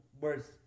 words